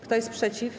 Kto jest przeciw?